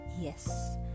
Yes